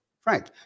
Frank